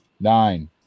nine